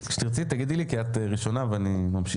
כשתרצי, תגידי לי כי את ראשונה, ואני ממשיך.